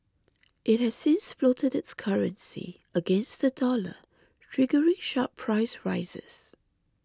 it has since floated its currency against the dollar triggering sharp price rises